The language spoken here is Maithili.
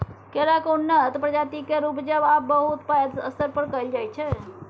केराक उन्नत प्रजाति केर उपजा आब बहुत पैघ स्तर पर कएल जाइ छै